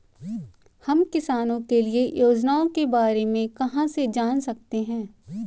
हम किसानों के लिए योजनाओं के बारे में कहाँ से जान सकते हैं?